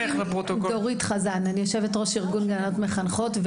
אני יושבת-ראש ארגון מורות מחנכות,